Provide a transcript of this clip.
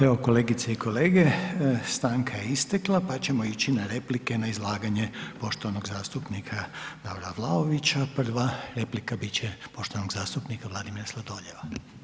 Evo kolegice i kolege, stanka je istekla pa ćemo ići na replike na izlaganje poštovanog zastupnika Davora Vlaovića, prva replika bit će poštovanog zastupnika Marka Sladoljeva.